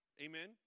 Amen